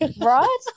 Right